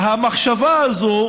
והמחשבה הזאת